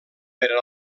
per